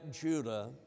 Judah